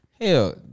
hell